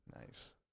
Nice